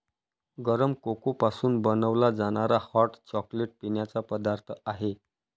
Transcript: गरम कोको पासून बनवला जाणारा हॉट चॉकलेट पिण्याचा पदार्थ आहे